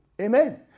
Amen